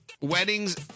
weddings